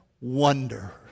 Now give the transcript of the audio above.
wonder